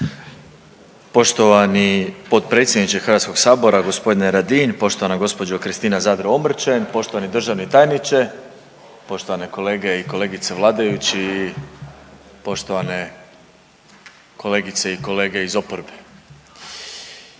Poštovani potpredsjedniče HS-a g. Radin, poštovana gospođo Kristina Zadro Omrčen, poštovani državni tajniče, poštovane kolege i kolegice vladajući, poštovane kolegice i kolege iz oporbe.